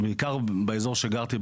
בעיקר באזור שבו גרתי,